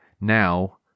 now